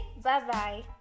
Bye-bye